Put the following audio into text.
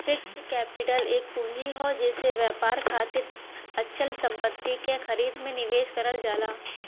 fixed capital एक पूंजी हौ जेसे व्यवसाय खातिर अचल संपत्ति क खरीद में निवेश करल जाला